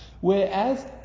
Whereas